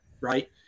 right